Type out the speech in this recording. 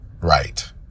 right